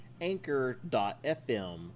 anchor.fm